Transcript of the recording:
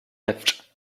left